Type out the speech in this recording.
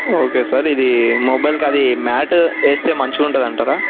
okay sir ఇది mobile కది mat వేస్తే మంచిగుంటుంది అంటారా